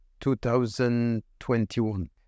2021